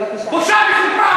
בושה וחרפה.